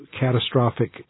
catastrophic